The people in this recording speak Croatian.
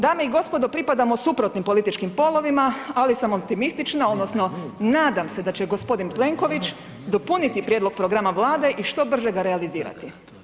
Dame i gospodo, pripadamo suprotnim političkim polovima, ali sam optimistična odnosno nadam se da će g. Plenković dopuniti prijedlog programa vlade i što brže ga realizirati.